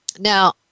Now